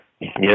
Yes